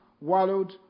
wallowed